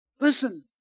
Listen